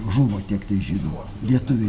žuvo tiektai žydų lietuviai